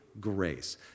grace